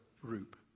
group